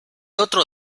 otro